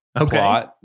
Okay